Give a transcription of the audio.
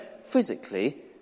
physically